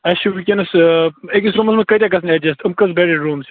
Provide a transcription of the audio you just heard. اَسہِ چھِ وُنۍکیٚنَس اۭں أکِس روٗمَس منٛز کۭتیاہ گَژھَن ایٚڈجیٚسٹہٕ یِم کٔژ بیٚڈِڈ روٗمٕز چھِ